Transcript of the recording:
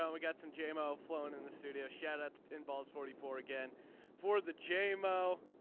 um we got some jamie flown in the studio shattered pinballs forty four again for the jamie.